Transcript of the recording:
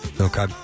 Okay